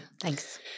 Thanks